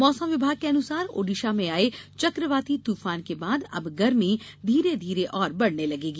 मौसम विभाग के अनुसार ओड़िशा में आये चकवाती तूफान के बाद अब गर्मी धीरे धीरे और बढ़ने लगेगी